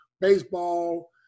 Baseball